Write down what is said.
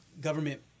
government